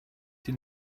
den